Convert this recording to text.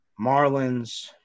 Marlins